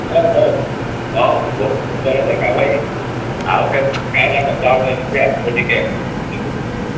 ଓଃ ହେଉ ବୋହୁତ ଦିନି ପରେ ଦେଖା ହେଲା ଭାଇ ଆଉ କେବେ ଦେଖା ହେଲେ କଥା ହେବ ଏମିତି ଆସିବ ଟିକେ